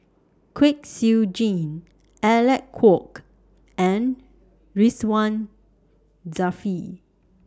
Kwek Siew Jin Alec Kuok and Ridzwan Dzafir